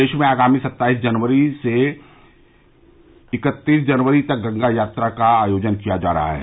प्रदेश में आगामी सत्ताईस जनवरी से इकत्तीस जनवरी तक गंगा यात्रा का आयोजन किया जा रहा है